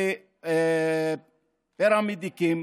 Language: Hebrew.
בפרמדיקים